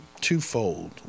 twofold